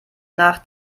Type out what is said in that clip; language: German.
nach